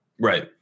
Right